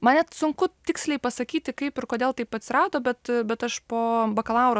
man net sunku tiksliai pasakyti kaip ir kodėl taip atsirado bet bet aš po bakalauro